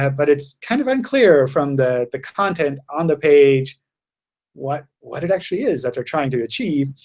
ah but it's kind of unclear from the the content on the page what what it actually is that they're trying to achieve.